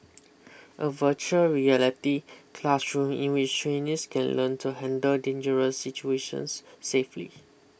a virtual reality classroom in which trainees can learn to handle dangerous situations safely